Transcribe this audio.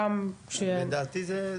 לדעתי זה,